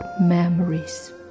memories